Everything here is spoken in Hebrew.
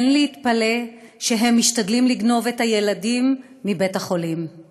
אין להתפלא שהם משתדלים לגנוב את ילדיהם מבית-החולים";